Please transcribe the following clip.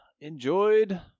enjoyed